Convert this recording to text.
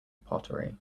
pottery